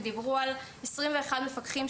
ודיברו על חוסר ב-21 מפקחים.